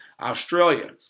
Australia